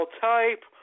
type